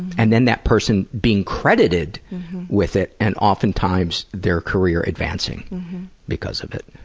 and then that person being credited with it, and oftentimes their career advancing because of it.